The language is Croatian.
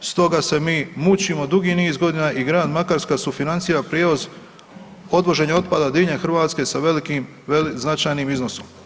Stoga se mi mučimo dugi niz godina i grad Makarska sufinancira prijevoz odvoženja otpada diljem Hrvatske sa velikim, značajnim iznosom.